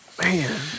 Man